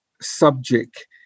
subject